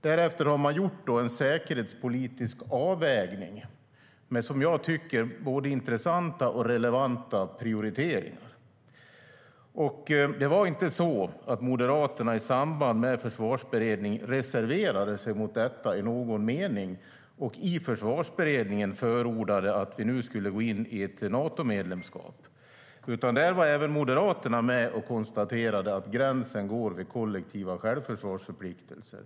Därefter har man gjort en säkerhetspolitisk avvägning med, som jag tycker, både intressanta och relevanta prioriteringar. Det var inte så att Moderaterna i Försvarsberedningen reserverade sig mot detta i någon mening och förordade att vi skulle gå in i ett Natomedlemskap, utan där var även Moderaterna med och konstaterade att gränsen går vid kollektiva självförsvarsförpliktelser.